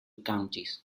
counties